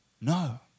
No